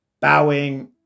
Bowing